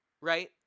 right